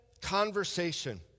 conversation